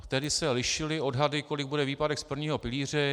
Tehdy se lišily odhady, kolik bude výpadek z prvního pilíře.